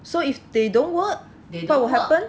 so if they don't work what would happen